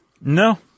No